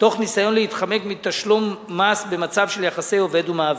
תוך ניסיון להתחמק מתשלום מס במצב של יחסי עובד ומעביד.